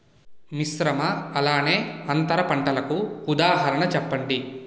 మిశ్రమ అలానే అంతర పంటలకు ఉదాహరణ చెప్పండి?